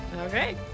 Okay